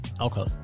Okay